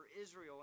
Israel